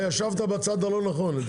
לצערי הרב, ישבת בצד הלא נכון.